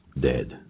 Dead